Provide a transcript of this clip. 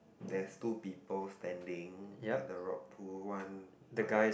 there's two people standing at the rock pool one by